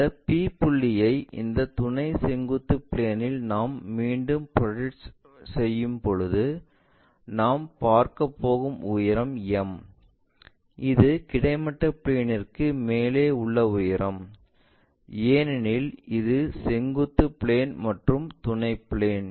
இந்த P புள்ளியை இந்த துணை செங்குத்து பிளேன்இல் நாம் மீண்டும் ப்ரொஜெக்ட் செய்யும்போது நாம் பார்க்கப் போகும் உயரம் m இது கிடைமட்ட பிளேன்ற்கு மேலே உள்ள உயரம் ஏனெனில் இது செங்குத்து பிளேன் மற்றும் துணை பிளேன்